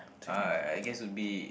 alright I guess would be